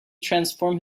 transform